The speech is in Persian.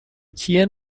کیه